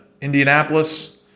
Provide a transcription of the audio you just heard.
Indianapolis